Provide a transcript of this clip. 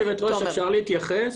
כבוד היושבת-ראש, אפשר להתייחס?